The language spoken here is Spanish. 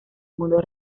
mundo